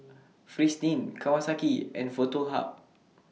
Fristine Kawasaki and Foto Hub